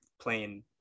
playing